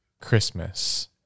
Christmas